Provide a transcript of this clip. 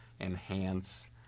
enhance